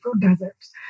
deserts